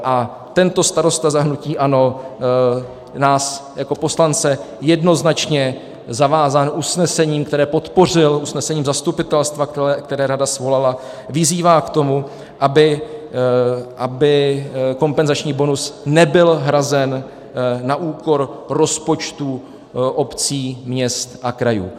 A tento starosta za hnutí ANO nás jako poslance jednoznačně zavázal usnesením, které podpořil, usnesením zastupitelstva, které rada svolala, vyzývá k tomu, aby kompenzační bonus nebyl hrazen na úkor rozpočtů obcí, měst a krajů.